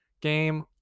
game